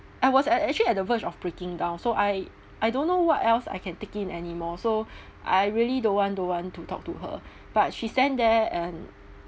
I was uh actually at the verge of breaking down so I I don't know what else I can take in anymore so I really don't want don't want to talk to her but she stand there and